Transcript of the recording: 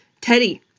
Teddy